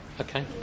Okay